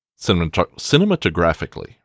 cinematographically